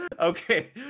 Okay